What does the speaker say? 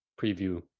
preview